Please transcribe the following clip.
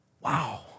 Wow